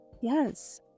yes